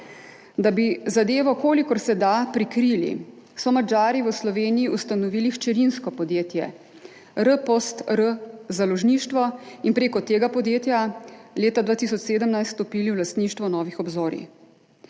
Da bi zadevo kolikor se da prikrili, so Madžari v Sloveniji ustanovili hčerinsko podjetje R-POST-R založništvo in prek tega podjetja leta 2017 stopili v lastništvo Novih obzorij.